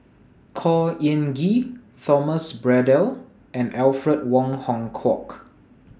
Khor Ean Ghee Thomas Braddell and Alfred Wong Hong Kwok